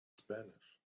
spanish